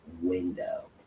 window